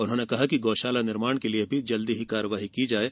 उन्होंने कहा कि गौ शाला निर्माण के लिये जल्दी से कार्यवाही की जायें